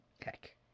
Heck